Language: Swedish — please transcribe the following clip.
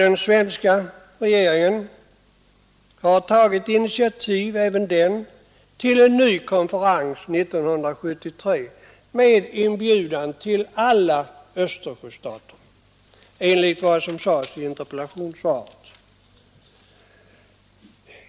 Den svenska regeringen har enligt vad som sades i interpellationssvaret tagit initiativ till en ny konferens 1973 med en inbjudan till alla Östersjöstater.